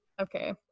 Okay